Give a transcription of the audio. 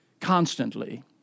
constantly